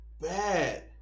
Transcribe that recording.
bad